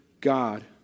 God